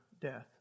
death